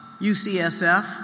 UCSF